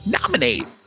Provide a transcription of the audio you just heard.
nominate